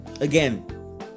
again